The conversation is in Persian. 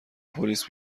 پلیس